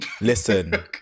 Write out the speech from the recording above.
Listen